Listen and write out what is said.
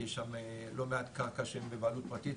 כי יש שם לא מעט קרקע בבעלות פרטית,